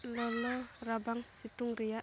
ᱞᱚᱞᱚ ᱨᱟᱵᱟᱝ ᱥᱤᱛᱩᱝ ᱨᱮᱱᱟᱜ